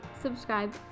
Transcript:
subscribe